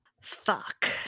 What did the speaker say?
Fuck